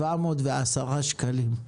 710 שקלים.